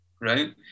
Right